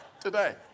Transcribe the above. today